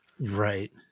Right